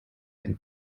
ihren